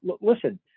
Listen